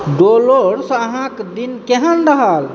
Dolores अहाँक दिन केहन रहल